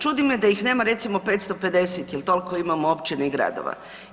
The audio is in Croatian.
Čudi me da ih nema recimo 550 jel tolko imamo općina i gradova.